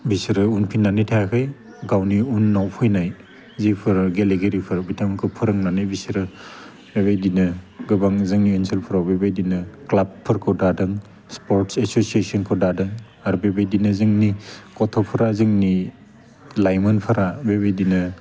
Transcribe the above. बिसोरो उनफिन्नानै थायाखै गावनि उनाव फैनाय जिफोर गेलेगिरिफोर बिथांमोनखौ फोरोंनानै बिसोरो बेबायदिनो गोबां जोंनि ओनसोलफोराव बेबायदिनो क्लाबफोरखौ दादों स्पर्ट्स एस'सिएशनखौ दादों आरो बेबायदिनो जोंनि गथ'फोरा जोंनि लाइमोनफ्रा बेबायदिनो